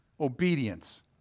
obedience